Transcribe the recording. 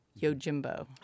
Yojimbo